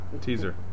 Teaser